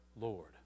Lord